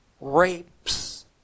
rapes